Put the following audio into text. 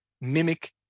mimic